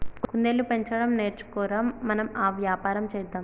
కుందేళ్లు పెంచడం నేర్చుకో ర, మనం ఆ వ్యాపారం చేద్దాం